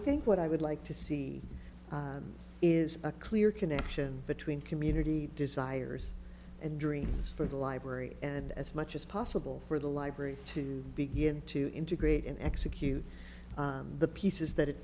think what i would like to see is a clear connection between community desires and dreams for the library and as much as possible for the library to begin to integrate and execute the pieces that it